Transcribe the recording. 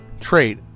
trait